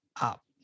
Up